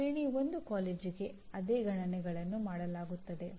ಶ್ರೇಣಿ 1 ಕಾಲೇಜಿಗೆ ಅದೇ ಗಣನೆಗಳನ್ನು ಮಾಡಲಾಗುತ್ತದೆ